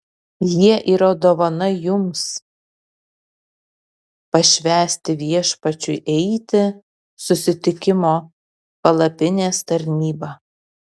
jie yra dovana jums pašvęsti viešpačiui eiti susitikimo palapinės tarnybą